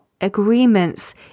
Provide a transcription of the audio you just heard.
agreements